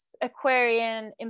aquarian